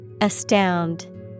Astound